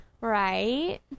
Right